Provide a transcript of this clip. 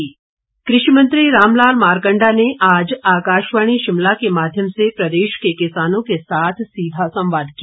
मारकंडा कृषि मंत्री रामलाल मारकंडा ने आज आकाशवाणी शिमला के माध्यम से प्रदेश के किसानों के साथ सीधा संवाद किया